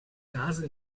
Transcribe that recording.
gase